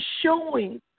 showing